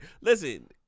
Listen